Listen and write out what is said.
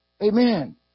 Amen